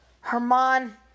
Herman